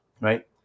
Right